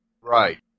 Right